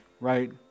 right